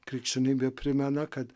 krikščionybė primena kad